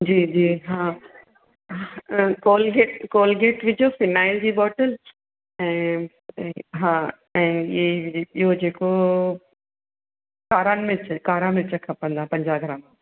जी जी हा Colgate Colgate विझो फिनाइल जी बोटल ऐं ऐं हा ऐं ई इहो जे को कारा मिर्च कारा मिर्च खपंदा पंजाह ग्राम